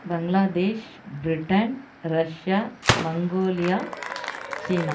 Bangladesh Britain Russia Mongolia China